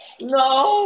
No